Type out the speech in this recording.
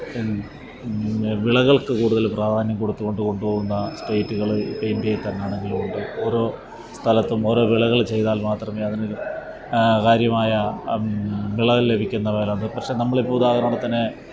വിളകള്ക്ക് കൂടുതൽ പ്രാധാന്യം കൊടുത്തുകൊണ്ട് കൊണ്ടുപോവുന്ന സ്റ്റേറ്റ്കൾ ഇപ്പം ഇന്ഡ്യയില്ത്തന്നെ ആണെങ്കിലും ഉണ്ട് ഓരോ സ്ഥലത്തും ഓരോ വിളകൾ ചെയ്താല് മാത്രമേ അതിനൊരു കാര്യമായ വിളകള് ലഭിക്കുന്നവർ അത് പക്ഷെ നമ്മൾ ഇപ്പോൾ ഉദാഹരണത്തിന്